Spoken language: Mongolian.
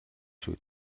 шүү